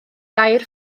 dair